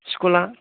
स्कुला